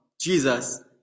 Jesus